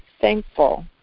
thankful